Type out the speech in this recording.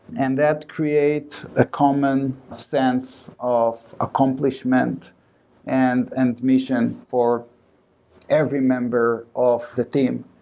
and that create a common stance of accomplishment and and mission for every member of the team,